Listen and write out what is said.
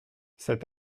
cet